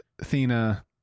Athena